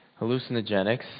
hallucinogenics